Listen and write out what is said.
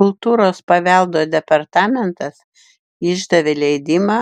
kultūros paveldo departamentas išdavė leidimą